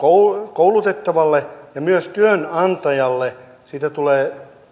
koulutettavalle ja myös työnantajalle siitä tulee